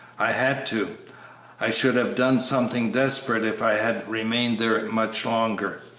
i had to i should have done something desperate if i had remained there much longer.